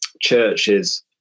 churches